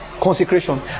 Consecration